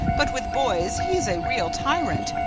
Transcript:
but with boys he's a real tyrant.